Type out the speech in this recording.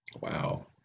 Wow